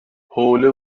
حوله